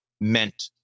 meant